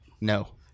No